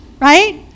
Right